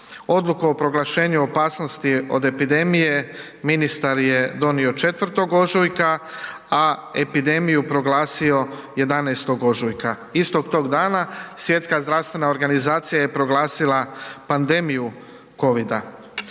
Odluku o proglašenju opasnosti od epidemije ministar je donio 4. ožujka, a epidemiju proglasio 11. ožujka. Istog tog dana Svjetska zdravstvena organizacija je proglasila pandemiju COVID-a.